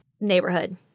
neighborhood